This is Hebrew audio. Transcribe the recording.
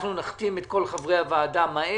אנחנו נחתים את כל חברי הוועדה מהר.